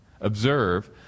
observe